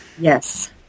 Yes